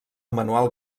manuel